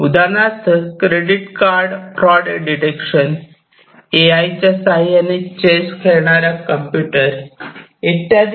उदाहरणार्थ credit card fraud detection A I च्या साह्याने चेस खेळणारा कॉम्प्युटर इत्यादी